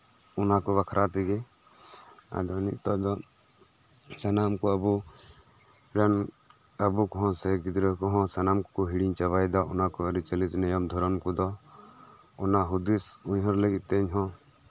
ᱚᱱᱟ ᱠᱚ ᱵᱟᱠᱷᱨᱟ ᱛᱮᱜᱮ ᱟᱫᱚ ᱱᱤᱛᱚᱜ ᱫᱚ ᱥᱟᱱᱟᱢ ᱠᱚ ᱟᱵᱚ ᱟᱵᱚ ᱠᱚᱦᱚᱸ ᱥᱮ ᱜᱤᱫᱽᱨᱟᱹ ᱠᱚᱦᱚᱸ ᱥᱟᱱᱟᱢ ᱠᱚᱠᱚ ᱦᱤᱲᱤᱧ ᱪᱟᱵᱟᱭᱮᱫᱟ ᱚᱱᱟ ᱠᱚ ᱟᱹᱨᱤᱪᱟᱹᱞᱤ ᱱᱮᱭᱟᱢᱼᱫᱷᱚᱨᱚᱢ ᱠᱚᱫᱚ ᱚᱱᱟ ᱦᱩᱫᱤᱥᱼᱩᱭᱦᱟᱹᱨ ᱞᱟᱹᱜᱤᱫ ᱛᱮ ᱤᱧ ᱦᱚᱸ ᱟᱫᱚ